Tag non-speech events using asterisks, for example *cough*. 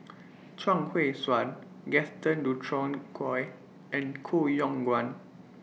*noise* Chuang Hui Tsuan Gaston Dutronquoy and Koh Yong Guan